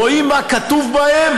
רואים מה כתוב בהם,